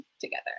together